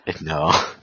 No